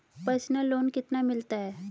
Personal loan कितना मिलता है?